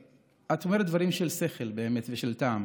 את אומרת דברים של שכל, באמת, ושל טעם.